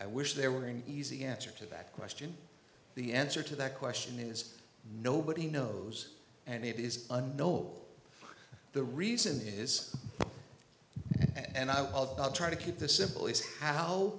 i wish there were an easy answer to that question the answer to that question is nobody knows and it is the no the reason is and i'll try to keep this simple is how